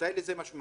מתי יש לזה משמעות?